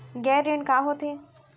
गैर ऋण का होथे?